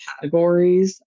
categories